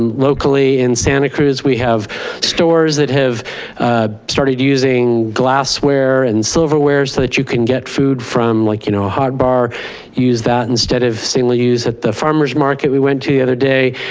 locally in santa cruz we have stores that have started using glassware and silverware so that you can get food from like, you know, a hot bar, you use that instead of single use. at the farmer's market we went to the other day,